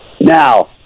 Now